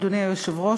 אדוני היושב-ראש,